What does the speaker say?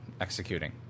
executing